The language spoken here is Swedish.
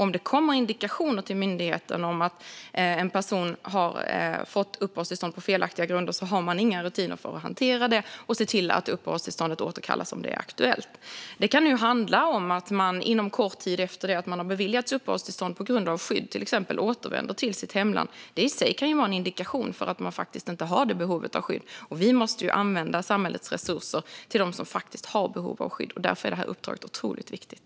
Om det kommer indikationer till myndigheten om att en person har fått uppehållstillstånd på felaktiga grunder har man inga rutiner för att hantera det och se till att uppehållstillståndet återkallas om det är aktuellt. Det kan handla om att man en kort tid efter det att man har beviljats uppehållstillstånd, till exempel på grund av skyddsbehov, återvänder till sitt hemland. Det i sig kan ju vara indikation på att man faktiskt inte har behov av skydd. Vi måste använda samhällets resurser till dem som faktiskt har behov av skydd. Därför är det här uppdraget otroligt viktigt.